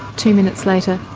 two minutes later,